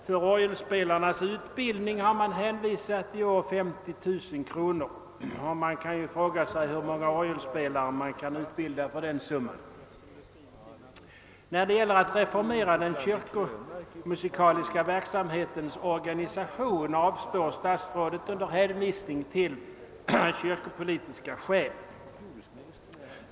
För orgelspelarnas utbildning har i år anvisats 50 000 kronor, och man kan fråga sig hur många orgelspelare som kan utbildas för den summan. När det gäller att reformera den kyrkomusikaliska verksamhetens organisation avslår Kungl. Maj:t förslaget under hänvisning till kyrkopolitiska skäl.